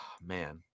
man